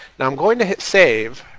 now i'm going to save,